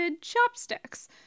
chopsticks